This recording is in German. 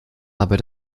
aber